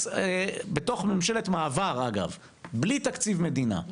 בתוך ממשלת מעבר ובלי תקציב מדינה.